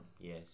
Yes